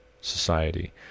society